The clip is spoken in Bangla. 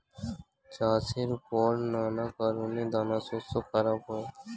চাষের পর নানা কারণে দানাশস্য খারাপ হয়